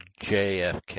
JFK